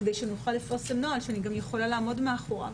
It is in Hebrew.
כדי שנוכל לפרסם נוהל שאני גם יכולה לעמוד מאחוריו.